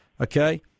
okay